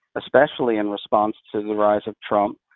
especially in response to the rise of trump.